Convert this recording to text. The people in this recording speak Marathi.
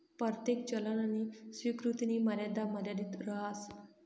परतेक चलननी स्वीकृतीनी मर्यादा मर्यादित रहास